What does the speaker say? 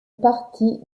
parties